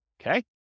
Okay